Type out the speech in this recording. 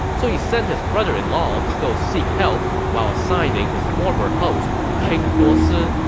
so he sent his brother-in-law to go seek help while assigning his former host, king duosi,